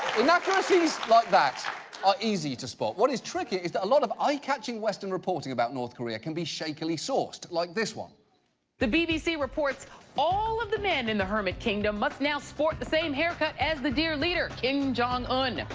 inaccuracies like that are easy to spot. what is trickier is that a lot of eye-catching western reporting about north korea can be shakily sourced, like this one. joy-ann reid the bbc reports all of the men in the hermit kingdom must now sport the same haircut as the dear leader, kim jong-un.